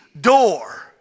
door